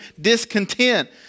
discontent